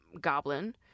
Goblin